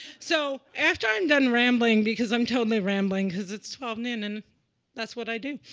so after i'm done rambling because i'm totally rambling, because it's twelve noon, and that's what i do